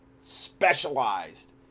specialized